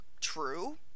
true